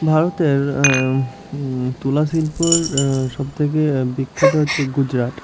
ভারতের তুলা শিল্পর সবথেকে বিখ্যাত হচ্ছে গুজরাট